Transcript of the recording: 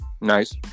Nice